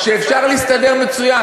שאפשר להסתדר מצוין.